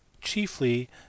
chiefly